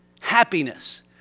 Happiness